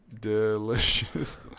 Delicious